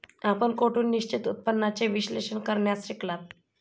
आपण कोठून निश्चित उत्पन्नाचे विश्लेषण करण्यास शिकलात?